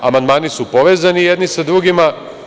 Amandmani su povezani jedni sa drugima.